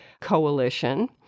Coalition—